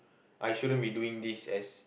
I shouldn't be doing this as